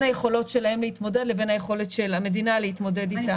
היכולות שלהם להתמודד לבין היכולת של המדינה להתמודד איתם.